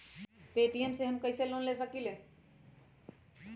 Paytm से हम कईसे लोन ले सकीले?